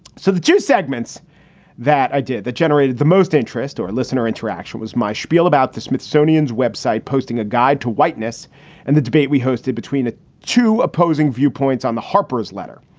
so the two segments that i did that generated the most interest or listener interaction was my spiel about the smithsonian's web site posting a guide to whiteness and the debate we hosted between the two opposing viewpoints on the harpers letter.